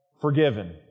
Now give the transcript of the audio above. forgiven